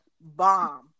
bomb